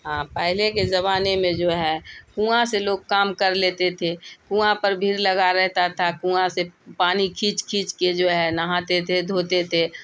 ہاں پہلے کے زبانے میں جو ہے کنواں سے لوگ کام کر لیتے تھے کنواں پر بھیڑ لگا رہتا تھا کنواں سے پانی کھینچ کھینچ کے جو ہے نہاتے تھے دھوتے تھے